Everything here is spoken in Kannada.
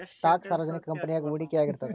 ಸ್ಟಾಕ್ ಸಾರ್ವಜನಿಕ ಕಂಪನಿಯಾಗ ಹೂಡಿಕೆಯಾಗಿರ್ತದ